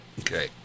Okay